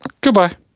Goodbye